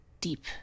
deep